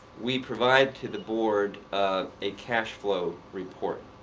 we provide to the board a cash-flow report.